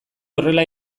horrela